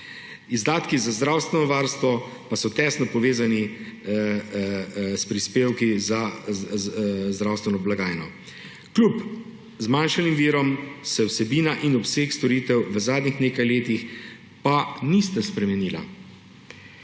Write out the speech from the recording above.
Izdatki za zdravstveno varstvo pa so tesno povezani s prispevki za zdravstveno blagajno. Kljub zmanjšanim virom se vsebina in obseg storitev v zadnjih nekaj letih pa nista spremenila.